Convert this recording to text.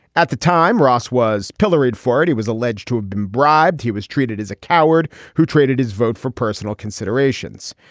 at the time, ross was pilloried for it. he was alleged to have been bribed. he was treated as a coward who traded his vote for personal considerations.